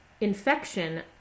infection